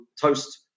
toast